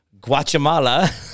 Guatemala